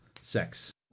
sex